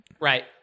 Right